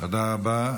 תודה רבה.